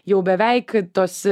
jau beveik tuos